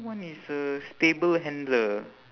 one is a stable handler